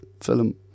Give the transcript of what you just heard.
film